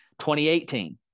2018